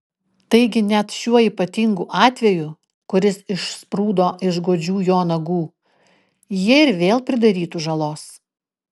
taigi net šiuo ypatingu atveju kuris išsprūdo iš godžių jų nagų jie ir vėl pridarytų žalos